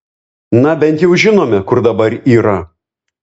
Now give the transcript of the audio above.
na bent jau žinome kur dabar yra